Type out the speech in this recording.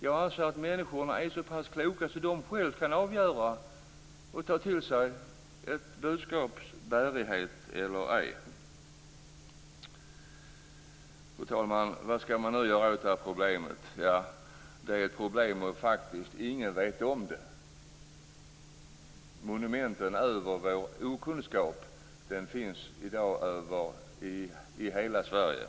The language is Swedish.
Jag anser att människorna är så pass kloka att de själva kan avgöra och ta till sig ett budskaps bärighet eller ej. Fru talman! Vad skall man nu göra åt det här problemet? Det är ett problem även om faktiskt ingen vet om det. Monumenten över vår okunskap finns i hela Sverige.